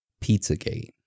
Pizzagate